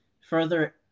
Further